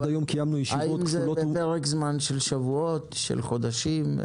האם זה בפרק זמן של שבועות, של חודשים?